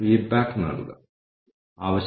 കപ്ലാനും നോർട്ടനും ചേർന്നാണ് ഇത് വികസിപ്പിച്ചത്